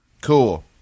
Cool